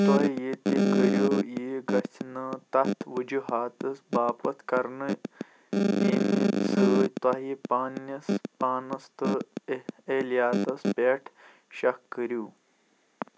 توہہِ ییٚتہِ كٔرِو یہِ گژھِ نہٕ تَتھ وجوٗہاتس پاپتھ كَرنہٕ ییٚمہِ سۭتۍ تۅہہِ پنٕنِس پانس تہٕ اہہ اہلِیاتس پٮ۪ٹھ شک كٔرِِو